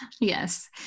Yes